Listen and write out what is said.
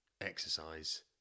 exercise